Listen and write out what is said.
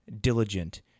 diligent